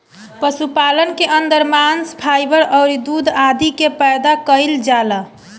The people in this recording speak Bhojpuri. पशुपालन के अंदर मांस, फाइबर अउरी दूध आदि के पैदा कईल जाला